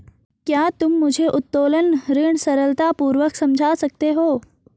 क्या तुम मुझे उत्तोलन ऋण सरलतापूर्वक समझा सकते हो?